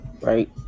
right